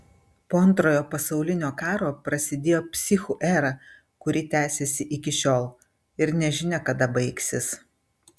po antrojo pasaulinio karo prasidėjo psichų era kuri tęsiasi iki šiol ir nežinia kada baigsis